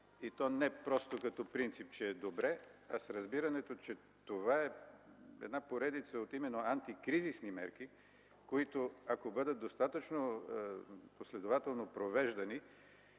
И то не просто като принцип, че е добре, с разбирането, че това е именно една поредица от антикризисни мерки, които, ако бъдат достатъчно последователно провеждани,